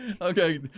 Okay